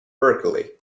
berkeley